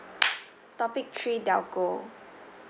topic three telco